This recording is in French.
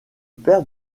père